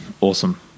Awesome